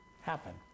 happen